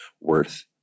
worth